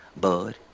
Bud